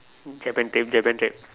Japan trip Japan trip